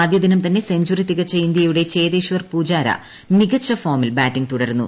ആദ്യദിനം തന്നെ സെഞ്ചറി തികച്ച ഇ ന്ത്യയുടെ ചെതേശ്വർ പുജാര മികച്ച ഫോമിൽ ബാറ്റിങ് തുടരുന്നു